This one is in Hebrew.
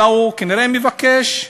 אלא הוא כנראה מבקש,